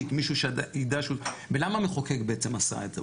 למה המחוקק בעצם עשה את זה?